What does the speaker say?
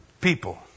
people